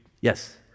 Yes